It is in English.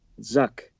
Zuck